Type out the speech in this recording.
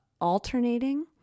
alternating